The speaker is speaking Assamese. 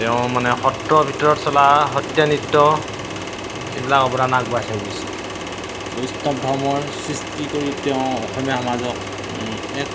তেওঁ মানে সত্ৰৰ ভিতৰত চলা সত্ৰীয়া নৃত্য এইবিলাক অৱদান আগবঢ়াই থৈ গৈছে বৈষ্ণৱ ধৰ্মৰ সৃষ্টি কৰি তেওঁ অসমীয়া সমাজক এক